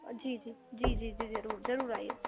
جی جی جی جی جی ضرور ضرور آئیے